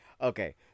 Okay